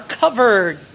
covered